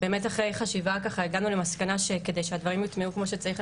באמת אחרי חשיבה הגענו למסקנה שכדי שהדברים יוטמעו כמו שצריך,